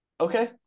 okay